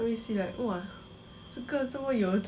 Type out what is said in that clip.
branded shoe branded